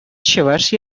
чӑваш